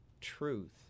truth